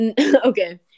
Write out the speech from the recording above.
Okay